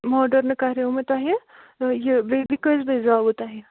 ماڈٲرٕنہٕ کَریو مےٚ تۄہہِ یہِ بیٚبی کٔژِ بجہِ زاوٕ تۄہہِ